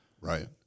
Right